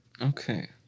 Okay